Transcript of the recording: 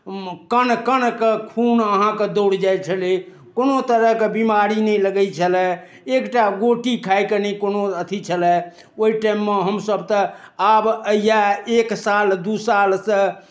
कण कणके खून अहाँकेँ दौड़ जाइ छलय कोनो तरहके बिमारी नहि लगै छलय एकटा गोटी खाएके नहि कोनो अथि छलय ओहि टाइममे हमसभ तऽ आब इएह एक साल दू सालसँ